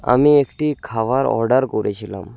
আমি একটি খাবার অর্ডার করেছিলাম